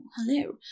hello